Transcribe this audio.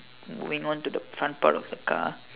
moving on to the front part of the car